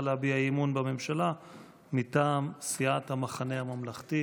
להביע אי-אמון בממשלה מטעם סיעת המחנה הממלכתי.